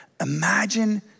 Imagine